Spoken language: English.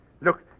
Look